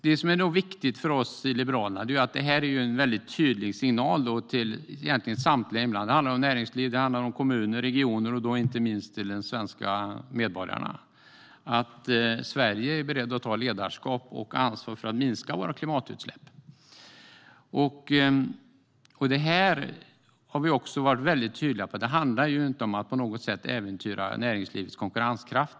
Det är viktigt för oss i Liberalerna att det är en tydlig signal till samtliga inblandade - näringsliv, kommuner, regioner och inte minst de svenska medborgarna - att Sverige är berett att ta ledarskapet och ta ansvar för att minska våra klimatutsläpp. Vi har varit tydliga med att det inte handlar om att på något sätt äventyra näringslivets konkurrenskraft.